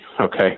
okay